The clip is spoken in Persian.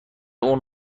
اون